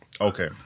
Okay